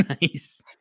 nice